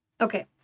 Okay